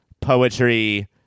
poetry